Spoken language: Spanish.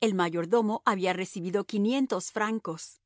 el mayordomo había recibido quinientos francos